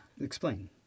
Explain